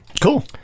Cool